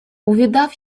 увидав